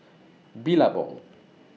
Billabong